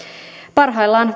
parhaillaan